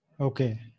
Okay